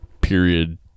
period